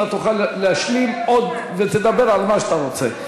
אתה תוכל להשלים עוד ותדבר על מה שאתה רוצה.